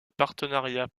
partenariat